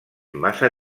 massa